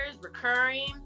recurring